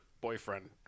boyfriend